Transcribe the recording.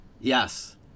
Yes